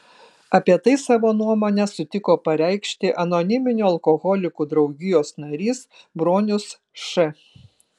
apie tai savo nuomonę sutiko pareikšti anoniminių alkoholikų draugijos narys bronius š